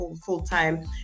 full-time